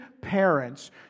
parents